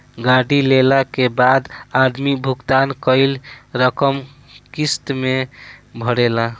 गाड़ी लेला के बाद आदमी भुगतान कईल रकम किस्त में भरेला